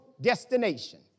destination